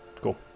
Cool